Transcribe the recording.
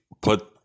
put